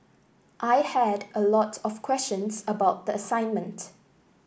I had a lot of questions about the assignment